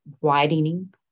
widening